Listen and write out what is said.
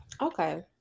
Okay